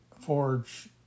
forge